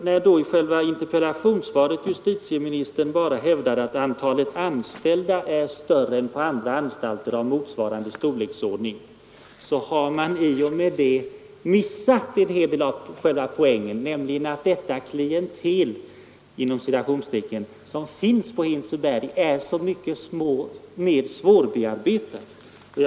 När då i själva interpellationssvaret justitieministern bara hävdar att antalet anställda är större på Hinseberg än på andra anstalter av motsvarande storleksordning har ni i och med det missat en del av själva poängen, nämligen att det ”klientel” som finns på Hinseberg är mycket mer svårbearbetat än annat ”klientel” på våra fångvårdsanstalter.